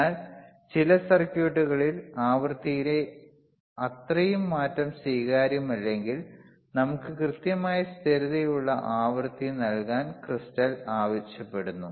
എന്നാൽ ചില സർക്യൂട്ടുകളിൽ ആവൃത്തിയിലെ അത്രയും മാറ്റം സ്വീകാര്യമല്ലെങ്കിൽ നമുക്ക് കൃത്യമായ സ്ഥിരതയുള്ള ആവൃത്തി നൽകാൻ ക്രിസ്റ്റൽ ആവശ്യപ്പെടുന്നു